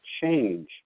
change